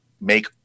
make